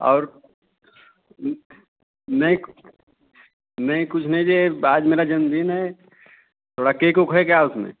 और नहीं नहीं कुछ नहीं चाहिए आज मेरा जन्मदिन है थोड़ा केक ओक है क्या उसमें